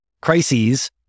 crises